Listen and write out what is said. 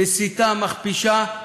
מסיתה, מכפישה.